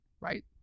right